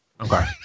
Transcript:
Okay